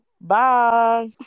Bye